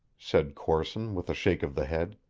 said corson with a shake of the head.